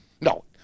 no